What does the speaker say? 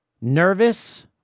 nervous